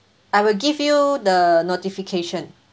I will give you the notification